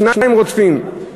שניים רודפים: